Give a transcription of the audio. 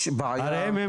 הרי הם,